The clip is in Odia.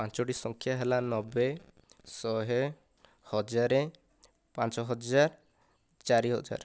ପାଞ୍ଚୋଟି ସଂଖ୍ୟା ହେଲା ନବେ ଶହେ ହଜାର ପାଞ୍ଚହଜାର ଚାରିହଜାର